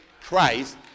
Christ